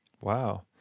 Wow